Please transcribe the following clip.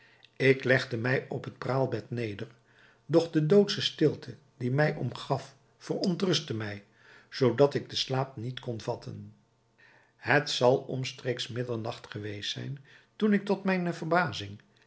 ik legde mij op het praalbed neder doch de doodsche stilte die mij omgaf verontrustte mij zoodat ik den slaap niet kon vatten het zal omstreeks middernacht geweest zijn toen ik tot mijne verbazing